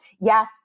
yes